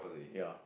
ya